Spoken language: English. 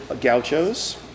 Gauchos